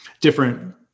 different